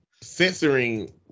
censoring